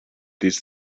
these